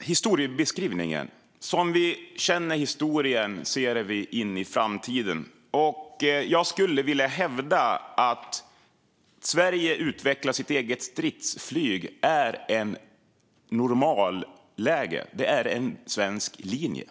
historiebeskrivningen. Som vi känner historien ser vi in i framtiden. Jag skulle vilja hävda att det faktum att Sverige utvecklar sitt eget stridsflyg är normalläget. Det är en svensk linje.